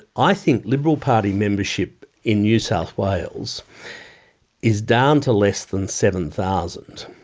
i think liberal party membership in new south wales is down to less than seven thousand.